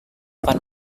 akan